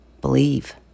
believe